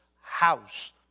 house